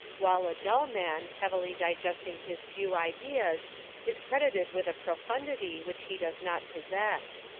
while a dull man heavily digesting his few ideas is credited with a profundity which he does not possess.